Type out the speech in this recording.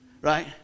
right